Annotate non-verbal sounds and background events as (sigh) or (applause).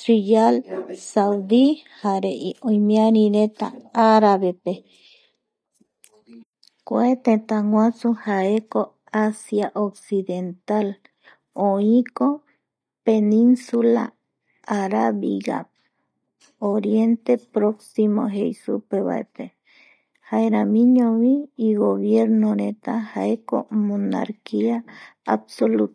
ikorepotireta (hesitation) riyal saudi (noise) jare imiarireta arabepe (noise) kua tëtäguasu jaeko asia occidental, oiko peninsula arabia oriente proximo jei supe vae jaeramiñovi igobiernoreta jaeko monarquia absoluto